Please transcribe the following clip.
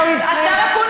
חבר הכנסת עיסאווי פריג',